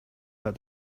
but